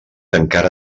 encara